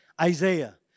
Isaiah